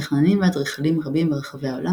מתכננים ואדריכלים רבים ברחבי העולם